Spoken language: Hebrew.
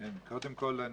קודם כול,